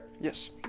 yes